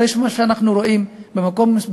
אחרי מה שאנחנו רואים בפתח-תקווה,